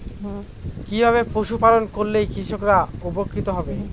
কিভাবে পশু পালন করলেই কৃষকরা উপকৃত হবে?